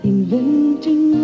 Inventing